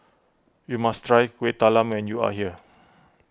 you must try Kuih Talam when you are here